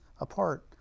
apart